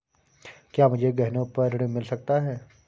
क्या मुझे गहनों पर ऋण मिल सकता है?